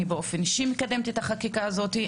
אני באופן אישי מקדמת את החקיקה הזאת.